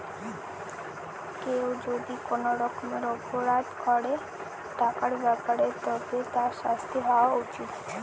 কেউ যদি কোনো রকমের অপরাধ করে টাকার ব্যাপারে তবে তার শাস্তি হওয়া উচিত